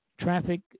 traffic